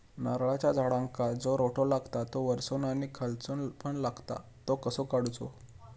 नारळाच्या झाडांका जो रोटो लागता तो वर्सून आणि खालसून पण लागता तो कसो काडूचो?